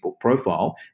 profile